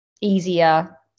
easier